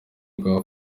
rwa